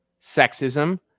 sexism